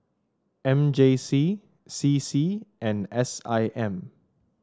M J C C C and S I M